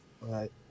Right